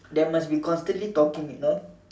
there must be constantly talking you know